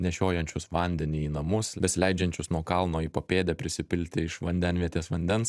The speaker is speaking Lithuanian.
nešiojančius vandenį į namus besileidžiančius nuo kalno į papėdę prisipilti iš vandenvietės vandens